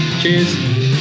cheers